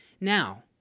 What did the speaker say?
Now